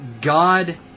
God